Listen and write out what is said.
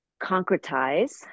concretize